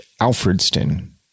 Alfredston